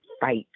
fight